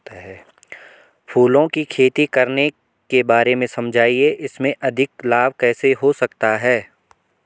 फूलों की खेती करने के बारे में समझाइये इसमें अधिक लाभ कैसे हो सकता है?